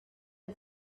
del